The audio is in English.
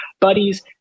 buddies